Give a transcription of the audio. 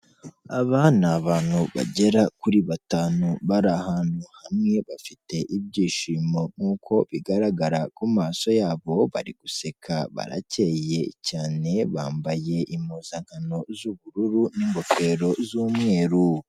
Aba ni abantu bagera kuri batanu, bari ahantu hamwe bafite ibyishimo nk'uko bigaragara ku maso yabo, bari guseka barakeye cyane, bambaye impuzankano z'ubururu n'ingofero z'umweru.